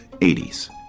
80s